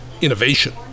innovation